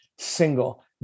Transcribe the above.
Single